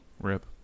RIP